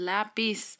Lapis